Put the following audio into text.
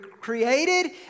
created